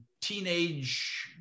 teenage